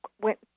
went